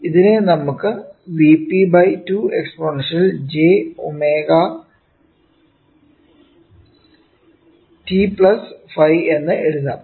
ഇതിനെ നമുക്ക് Vp 2 exponential j ω t 5 എന്ന് എഴുതാം